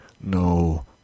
no